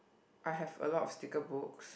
I have a lot of sticker books